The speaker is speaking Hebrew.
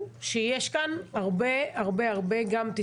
שיש כאן גם הרבה מאוד תסכול,